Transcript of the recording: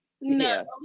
No